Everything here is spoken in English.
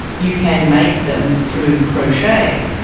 you can make them through crochet.